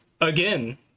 again